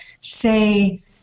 say